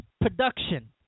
production